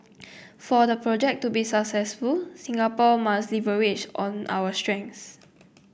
for the project to be successful Singapore must leverage on our strengths